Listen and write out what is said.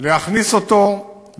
להכניס אותו,